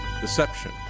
deception